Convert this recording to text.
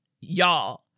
y'all